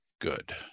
good